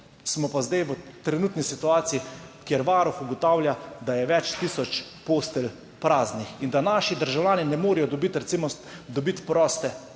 smo pa zdaj v trenutni situaciji, kjer Varuh ugotavlja, da je več tisoč postelj praznih in da naši državljani ne morejo dobiti proste